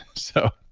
so,